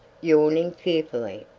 yawning fearfully.